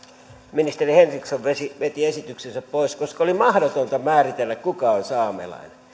ministeri henriksson veti veti esityksensä pois koska oli mahdotonta määritellä kuka on saamelainen